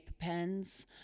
Pens